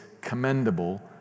commendable